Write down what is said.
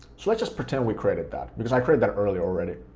so let's just pretend we created that, because i created that earlier already,